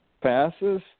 passes